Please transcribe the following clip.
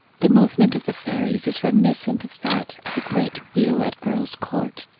the movement of the fairies is reminiscent of that of the great wheel at earl s court.